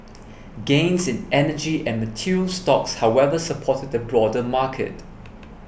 gains in energy and materials stocks however supported the broader market